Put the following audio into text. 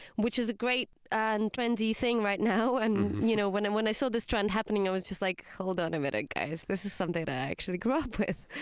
which is a great and trendy thing right now. and you know when and when i saw this trend happening, i was just like, hold on a minute, this is something that i actually grew up with.